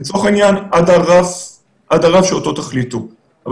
(א) חדלו להתקיים הנסיבות כאמור בסעיף 2(א) ו-(ב)